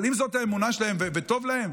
אבל אם זאת האמונה שלהם וטוב להם,